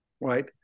right